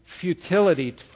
futility